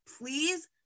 please